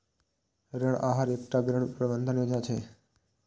ऋण आहार एकटा ऋण प्रबंधन योजना छियै